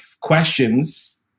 questions